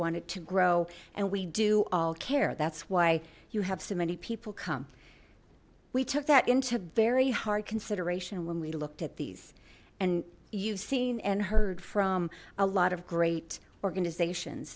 want it to grow and we do all care that's why you have so many people come we took that into very hard consideration when we looked at these and you've seen and heard from a lot of great organizations